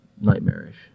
nightmarish